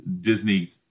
Disney